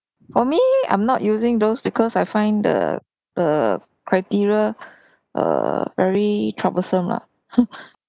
for me I'm not using those because I find the the criteria err very troublesome lah